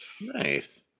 Nice